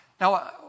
Now